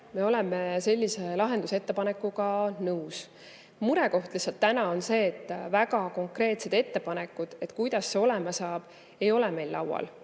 me oleme sellise lahendusettepanekuga nõus. Murekoht lihtsalt täna on see, et väga konkreetsed ettepanekud, kuidas kõik olema saab, ei ole meil laual